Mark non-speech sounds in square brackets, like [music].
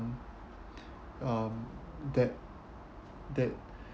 [breath] um that that